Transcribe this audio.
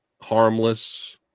harmless